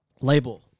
label